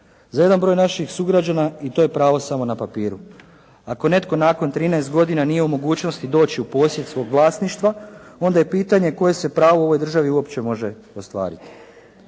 Za jedan broj naših sugrađana i to je pravo samo na papiru. Ako netko nakon 13 godina nije u mogućnosti doći u posjed svog vlasništva, onda je pitanje koje se pravo u ovoj državi uopće može ostvariti.